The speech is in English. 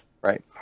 Right